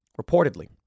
reportedly